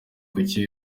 kuki